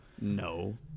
no